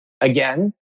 again